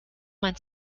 mein